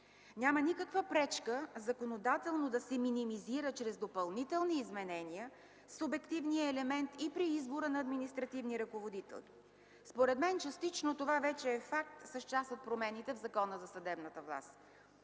Няма никаква пречка законодателно да се минимизира чрез допълнителни изменения субективният елемент и при избора на административни ръководители. Според мен частично това вече е факт с част от промените в Закона за съдебната власт.